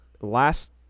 last